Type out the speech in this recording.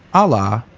ah alaa,